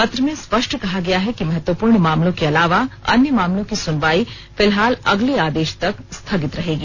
पत्र में स्पष्ट कहा गया है की महत्वपूर्ण मामलों के अलावा अन्य मामलों की सुनवाई फिलहाल अगले आदेश तक स्थगित रहेगी